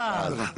תע"ל,